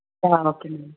okay అండి